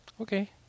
Okay